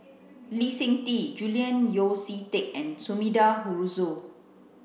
Lee Seng Tee Julian Yeo See Teck and Sumida Haruzo